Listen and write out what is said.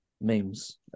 memes